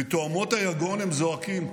ומתהומות היגון הם זועקים: